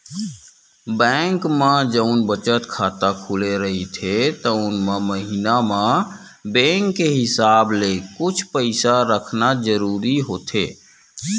bank म जउन बचत खाता खुले रहिथे तउन म महिना म बेंक के हिसाब ले कुछ पइसा रखना जरूरी होथे